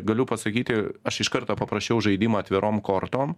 galiu pasakyti aš iš karto paprašiau žaidimo atvirom kortom